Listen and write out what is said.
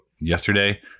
yesterday